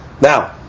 Now